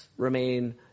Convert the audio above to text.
remain